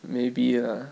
maybe lah